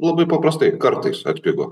labai paprastai kartais atpigo